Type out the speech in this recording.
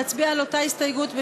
נצביע על אותה הסתייגות ב-2018,